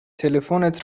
تلفنت